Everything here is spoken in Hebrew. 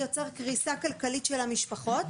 יוצרת קריסה כלכלית של המשפחות,